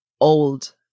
old